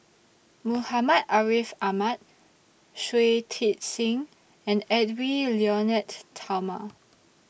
Muhammad Ariff Ahmad Shui Tit Sing and Edwy Lyonet Talma